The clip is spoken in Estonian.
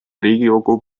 riigikogu